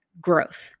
Growth